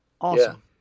Awesome